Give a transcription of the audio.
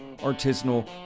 artisanal